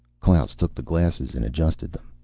klaus took the glasses and adjusted them.